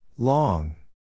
Long